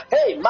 Hey